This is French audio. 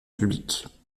publique